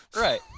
Right